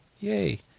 Yay